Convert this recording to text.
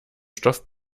stoff